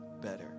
better